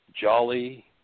jolly